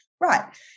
right